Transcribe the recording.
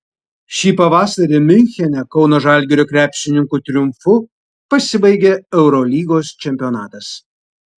šį pavasarį miunchene kauno žalgirio krepšininkų triumfu pasibaigė eurolygos čempionatas